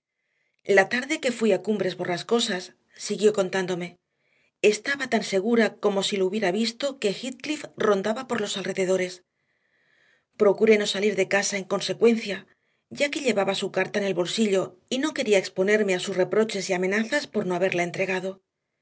mejorarlo la tarde que fui a cumbres borrascosas siguió contándome estaba tan segura como si lo hubiera visto que heathcliff rondaba por los alrededores procuré no salir de casa en consecuencia ya que llevaba su carta en el bolsillo y no quería exponerme a sus reproches y amenazas por no haberla entregado